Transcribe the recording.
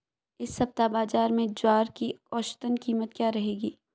इस सप्ताह बाज़ार में ज्वार की औसतन कीमत क्या रहेगी?